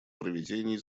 проведении